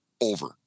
over